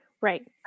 Right